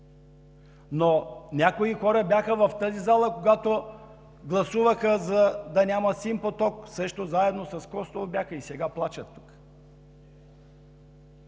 Но някои хора бяха в тази зала, когато гласуваха да няма „Син поток“, заедно с Костов бяха и сега плачат.